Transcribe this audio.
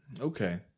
Okay